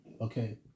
okay